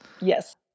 Yes